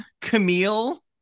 Camille